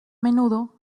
menudo